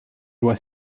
loi